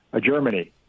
Germany